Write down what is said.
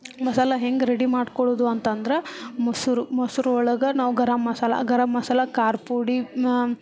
ಮಸಾಲೆ ಹೆಂಗೆ ರೆಡಿ ಮಾಡ್ಕೊಳ್ಳೋದು ಅಂತಂದ್ರೆ ಮೊಸರು ಮೊಸರು ಒಳಗೆ ನಾವು ಗರಂ ಮಸಾಲೆ ಗರಂ ಮಸಾಲೆ ಖಾರ ಪುಡಿ ಮ